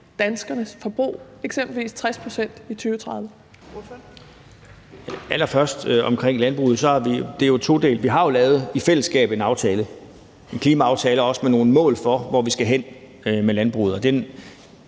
Pape Poulsen (KF): Allerførst omkring landbruget: Det er jo todelt. Vi har jo i fællesskab lavet en aftale, en klimaaftale, også med nogle mål for, hvor vi skal hen med landbruget.